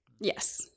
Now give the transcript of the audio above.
Yes